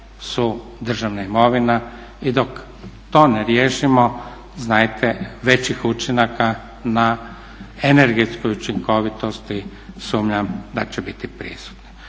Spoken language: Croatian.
su državna imovina i dok to ne riješimo znajte većih učinaka na energetsku učinkovitosti sumnjam da će biti prisutne.